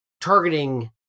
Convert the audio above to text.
targeting